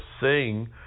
sing